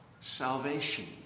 salvation